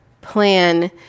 plan